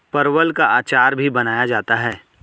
परवल का अचार भी बनाया जाता है